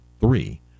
three